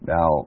Now